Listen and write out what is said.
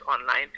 online